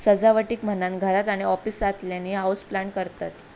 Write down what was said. सजावटीक म्हणान घरात आणि ऑफिसातल्यानी हाऊसप्लांट करतत